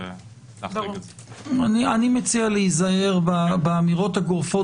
אני מציע להיזהר עם האמירות הגורפות